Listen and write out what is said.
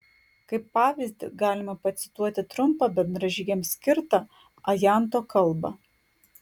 kaip pavyzdį galime pacituoti trumpą bendražygiams skirtą ajanto kalbą